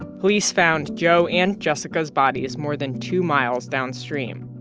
police found joe and jessica's bodies more than two miles downstream